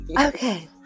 Okay